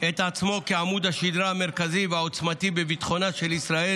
את עצמו כעמוד השדרה המרכזי והעוצמתי בביטחונה של ישראל.